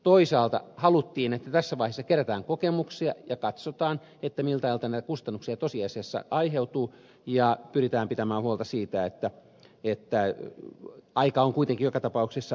toisaalta haluttiin että tässä vaiheessa kerätään kokemuksia ja katsotaan miltä ajalta näitä kustannuksia tosiasiassa aiheutuu ja pyritään pitämään huolta siitä että aika on kuitenkin joka tapauksessa riittävän pitkä